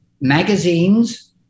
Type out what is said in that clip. magazines